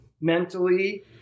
mentally